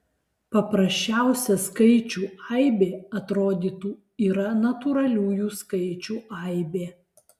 paprasčiausia skaičių aibė atrodytų yra natūraliųjų skaičių aibė